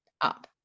up